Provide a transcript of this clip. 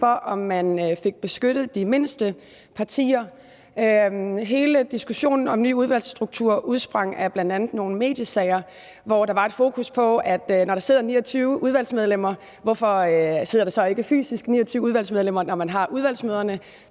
for, om man fik beskyttet de mindste partier. Hele diskussionen om en ny udvalgsstruktur udsprang af bl.a. nogle mediesager, hvor der var et fokus på, at når der sidder 29 udvalgsmedlemmer, hvorfor sidder der så ikke fysisk 29 udvalgsmedlemmer, når man har udvalgsmøderne?